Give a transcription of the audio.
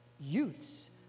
youths